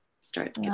start